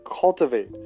cultivate